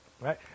right